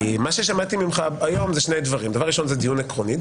מה ששמעתי ממך היום זה שני דברים ראשית דיון עקרוני,